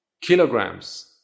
kilograms